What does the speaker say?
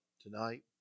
tonight